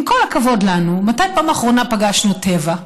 עם כל הכבוד לנו, מתי בפעם האחרונה פגשנו טבע?